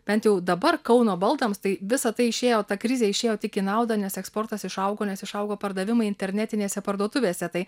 bent jau dabar kauno baldams tai visa tai išėjo ta krizė išėjo tik į naudą nes eksportas išaugo nes išaugo pardavimai internetinėse parduotuvėse tai